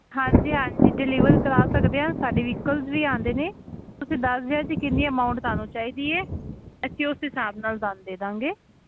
ਹਾਂਜੀ ਹਾਂਜੀ ਡਿਲੀਵਰ ਕਰਵਾ ਸਕਦੇ ਹਾਂ ਸਾਡੇ ਵਹੀਕਲਸ ਵੀ ਆਉਂਦੇ ਨੇ ਤੁਸੀਂ ਦੱਸ ਦਿਓ ਜੀ ਕਿੰਨੀ ਅਮਾਊਂਟ ਤੁਹਾਨੂੰ ਚਾਹੀਦੀ ਹੈ ਅਸੀਂ ਉਸ ਹਿਸਾਬ ਨਾਲ ਤੁਹਾਨੂੰ ਦੇ ਦਾਂਗੇ